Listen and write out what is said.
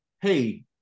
Hey